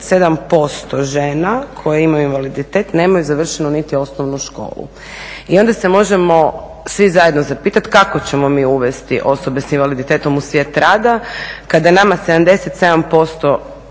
77% žena koje imaju invaliditet nemaju završenu niti osnovnu školu i onda se možemo svi zajedno zapitat kako ćemo mi uvesti osobe s invaliditetom u svijet rada kada nama 77%